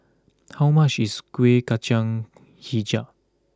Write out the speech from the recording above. how much is Kueh Kacang HiJau